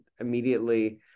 immediately